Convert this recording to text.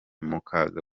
mukaza